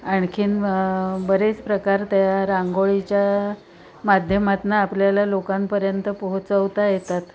आणखीन बरेच प्रकार त्या रांगोळीच्या माध्यमातून आपल्याला लोकांपर्यंत पोहोचवता येतात